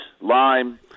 lime